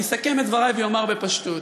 אני אסכם את דברי ואומר בפשטות: